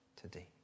today